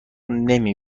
نمی